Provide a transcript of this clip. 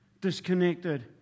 disconnected